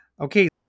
okay